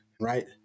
right